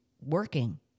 working